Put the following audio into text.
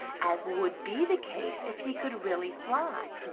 as would be the case if he could really fly.